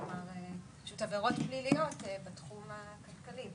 כלומר, אלו פשוט עבירות פליליות בתחום הכלכלי.